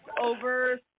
over